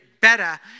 better